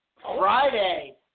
Friday